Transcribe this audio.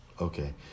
okay